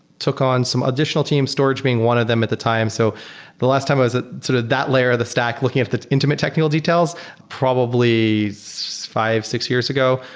took on some additional team storage being one of them at the time. so the last time i was sort of that layer of the stack looking at the intimate technical details probably so five, six years ago.